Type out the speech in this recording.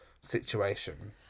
situation